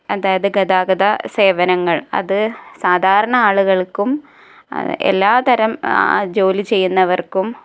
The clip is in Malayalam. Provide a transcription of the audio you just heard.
അതായത് ഗതാഗത സേവനങ്ങൾ അത് സാധാരണ ആളുകൾക്കും എല്ലാ തരം ജോലി ചെയ്യുന്നവർക്കും